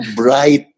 bright